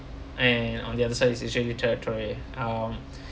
and on the other side is israeli territory um